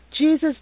Jesus